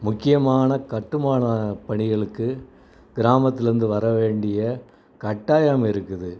முக்கியமான கட்டுமான பணிகளுக்கு கிராமத்திலேருந்து வர வேண்டிய கட்டாயம் இருக்குது